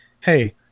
hey